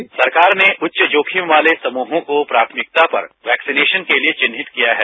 उत्तर सरकार ने उच्च जोखिम वाले समूहों को प्राथमिकता पर वैक्सिनेशन के लिए चिन्हित किया है